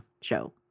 show